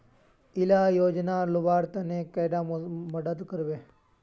इला योजनार लुबार तने कैडा मदद करबे?